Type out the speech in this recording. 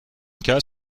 cas